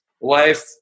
life